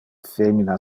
femina